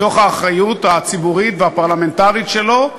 מתוך האחריות הציבורית והפרלמנטרית שלו,